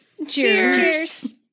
Cheers